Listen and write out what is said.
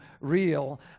real